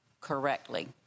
correctly